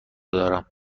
دارم